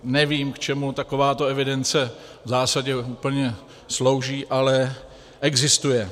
Nevím, k čemu takováto evidence v zásadě úplně slouží, ale existuje.